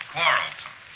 Quarrelsome